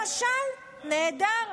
למשל, נהדר.